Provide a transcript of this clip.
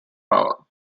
power